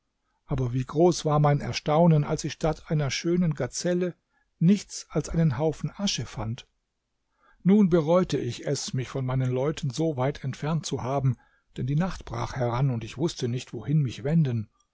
aber wie groß war mein erstaunen als ich statt einer schönen gazelle nichts als einen haufen asche fand nun bereute ich es mich von meinen leuten so weit entfernt zu haben denn die nacht brach heran und ich wußte nicht wohin mich wenden